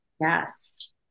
Yes